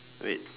wait